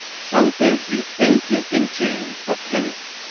some things you think you can change, but can't.